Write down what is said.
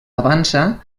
avança